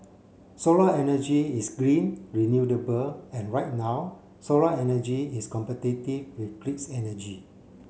solar energy is green renewable and right now solar energy is competitive with grids energy